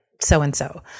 so-and-so